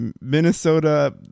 Minnesota